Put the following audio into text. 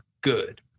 good